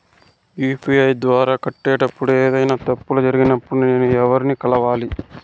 UPI ద్వారా కట్టేటప్పుడు ఏదైనా తప్పులు జరిగినప్పుడు నేను ఎవర్ని కలవాలి?